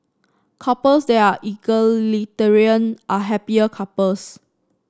couples that are egalitarian are happier couples